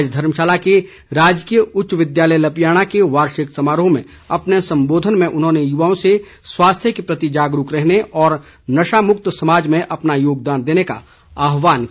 आज धर्मशाला के राजकीय उच्च विद्यालय लपियाणा के वार्षिक समारोह में अपने संबोधन में उन्होंने युवाओं से स्वास्थ्य के प्रति जागरूक रहने और नशा मुक्त समाज देने में अपना योगदान का आहवान किया